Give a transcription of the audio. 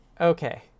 Okay